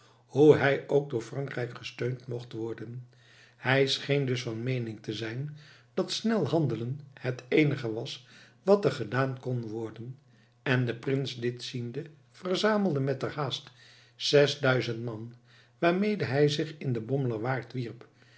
hoe hij ook door frankrijk gesteund mocht worden hij scheen dus van meening te zijn dat snel handelen het eenige was wat er gedaan kon worden en de prins dit ziende verzamelde metterhaast zesduizend man waarmede hij zich in den bommelerwaard wierp